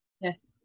Yes